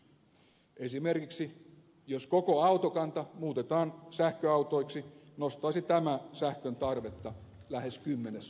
jos esimerkiksi koko autokanta muutetaan sähköautoiksi nostaisi tämä sähköntarvetta lähes kymmenesosalla